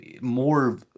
more